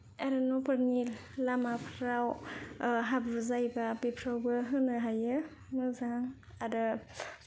आरो न'फोरनि लामाफ्राव हाब्रु जायोबा बेफोरावबो होनो हायो मोजां आरो